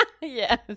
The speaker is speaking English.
Yes